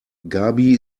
gaby